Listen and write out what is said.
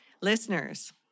Listeners